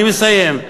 אני מסיים.